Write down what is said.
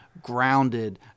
grounded